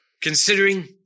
considering